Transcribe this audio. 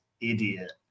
idiot